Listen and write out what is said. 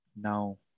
now